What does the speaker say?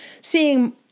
seeing